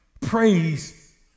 praise